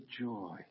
joy